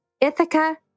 Ithaca